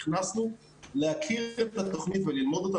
נכנסנו להכיר את התוכנית וללמוד אותה.